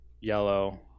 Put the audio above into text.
yellow